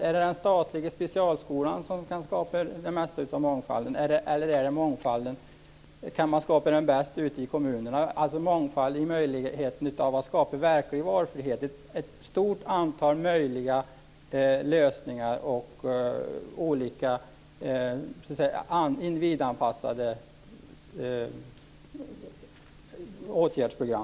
Är det den statliga specialskolan som kan skapa det mesta av mångfalden, eller kan man skapa den bäst ute i kommunerna? Jag menar då mångfald som ger möjlighet att skapa verklig valfrihet, dvs. ett stort antal möjliga lösningar och olika individanpassade åtgärdsprogram.